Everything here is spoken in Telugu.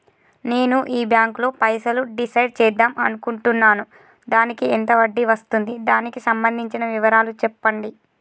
నేను ఈ బ్యాంకులో పైసలు డిసైడ్ చేద్దాం అనుకుంటున్నాను దానికి ఎంత వడ్డీ వస్తుంది దానికి సంబంధించిన వివరాలు చెప్పండి?